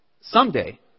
Someday